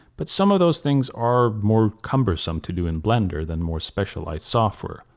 but some of those things are more cumbersome to do in blender than more specialized software.